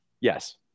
Yes